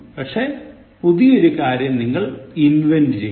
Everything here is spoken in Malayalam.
പക്ഷേ പുതിയൊരു കാര്യം നിങ്ങൾ invent ചെയ്യുന്നു